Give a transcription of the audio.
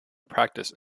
practice